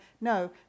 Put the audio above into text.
No